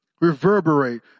reverberate